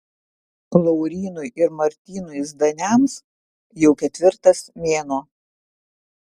laurynui ir martynui zdaniams jau ketvirtas mėnuo